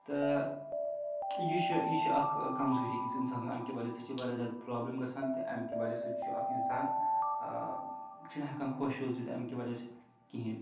تہٕ یہِ چھُ یہِ چھِ اَکھ کمزوٗری أکِس اِنسان سٕنٛز اَمہِ کہِ وجہ سۭتۍ چھِ واریاہ زیادٕ پرابلِم گژھان تہٕ اَمہِ کہِ وجہ سۭتۍ چھُ اَکھ اِنسان چھُنہٕ ہٮ۪کان خۄش روٗزِتھ اَمہِ کہِ وجہ سۭتۍ کِہیٖنۍ